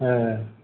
ए